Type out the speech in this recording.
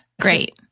great